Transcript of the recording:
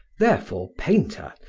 therefore, painter,